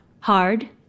Hard